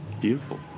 Beautiful